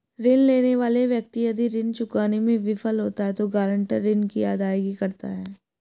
ऋण लेने वाला व्यक्ति यदि ऋण चुकाने में विफल होता है तो गारंटर ऋण की अदायगी करता है